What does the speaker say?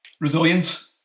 resilience